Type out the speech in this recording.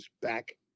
back